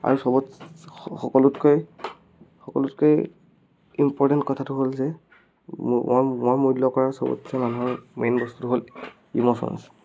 আৰু চবত সকলোতকৈ সকলোতকৈ ইম্পৰটেণ্ট কথাটো হ'ল যে মই মই মূল্য কৰা চবতচে মানুহৰ মেইন বস্তুটো হ'ল ইমছনচ